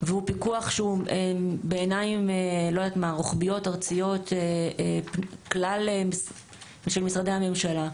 והוא פיקוח בעיניים רוחביות-ארציות של כלל משרדי הממשלה,